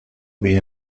bien